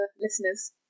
listeners